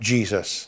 Jesus